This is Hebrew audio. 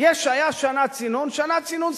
עכשיו תהיי בשקט בבקשה.